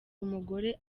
umugore